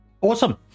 Awesome